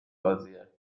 بازیه